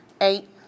eight